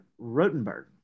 Rotenberg